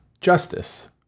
justice